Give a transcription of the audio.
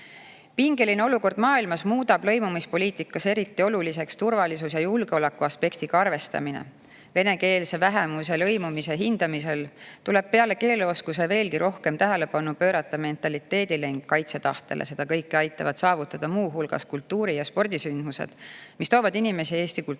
kõrge. Pingeline olukord maailmas muudab lõimumispoliitikas eriti oluliseks turvalisus‑ ja julgeolekuaspekti arvestamise. Venekeelse vähemuse lõimumise hindamisel tuleb peale keeleoskuse veelgi rohkem tähelepanu pöörata mentaliteedile ning kaitsetahtele. Seda kõike aitavad saavutada muu hulgas kultuuri‑ ja spordisündmused, mis toovad inimesi eesti kultuuriruumi